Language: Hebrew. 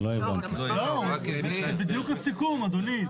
זה בדיוק הסיכום, אדוני.